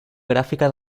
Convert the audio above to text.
gràfica